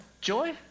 joy